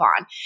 on